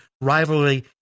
rivalry